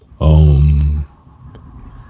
om